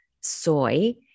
soy